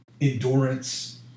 endurance